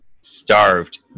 starved